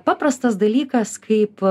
paprastas dalykas kaip